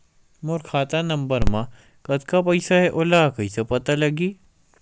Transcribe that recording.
मोर खाता नंबर मा कतका पईसा हे ओला कइसे पता लगी?